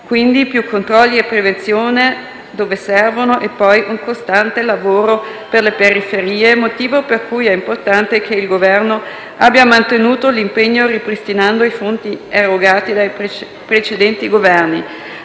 quindi più controlli e prevenzione dove servono e poi un costante lavoro per le periferie, motivo per cui è importante che l'Esecutivo abbia mantenuto l'impegno ripristinando i fondi erogati dai precedenti Governi.